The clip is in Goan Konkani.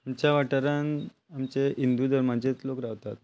आमच्या वाठारांत आमचे हिंदू धर्माचेच लोक रावतात